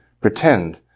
pretend